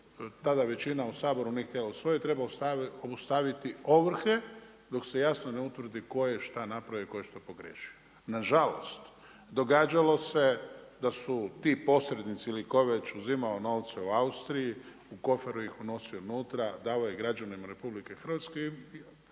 tada većina u Saboru nije htjela usvojiti, treba obustaviti ovrhe dok se jasno ne utvrdi tko je šta napravio i tko je šta pogriješio. Nažalost, događalo se da su ti posrednici ili to već uzimao novce u Austriji u koferu ih unosio unutra, davao ih građanima RH i iskreno